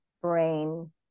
brain